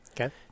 Okay